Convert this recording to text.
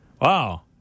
wow